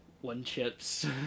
one-chips